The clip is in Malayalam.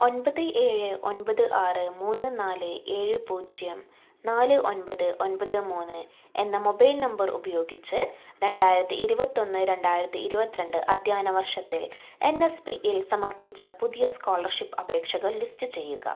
ഒൻപത് ഏഴ് ഒൻപത് ആറ് മൂന്ന് നാല് ഏഴ് പൂജ്യം നാല് ഒൻപത് ഒൻപത് മൂന്ന് എന്ന മൊബൈൽ നമ്പർ ഉപയോഗിച്ച് രണ്ടായിരത്തി ഇരുപത്തൊന്ന് രണ്ടായിരത്തി ഇരുപത് രണ്ട് അധ്യയന വർഷത്തെ എൻ എസ് പിയിൽ സമർപ്പിച്ച പുതിയ സ്കോളർഷിപ്പ് അപേക്ഷകൾ ലിസ്റ്റ് ചെയ്യുക